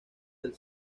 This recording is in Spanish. del